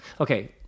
Okay